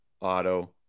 auto